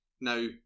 Now